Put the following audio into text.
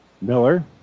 Miller